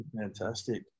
fantastic